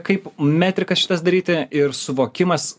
kaip metrika šitas daryti ir suvokimas